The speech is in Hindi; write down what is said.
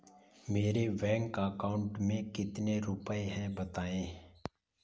मेरे बैंक अकाउंट में कितने रुपए हैं बताएँ?